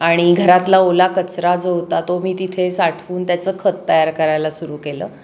आणि घरातला ओला कचरा जो होता तो मी तिथे साठवून त्याचं खत तयार करायला सुरू केलं